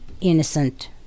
innocent